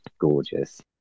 gorgeous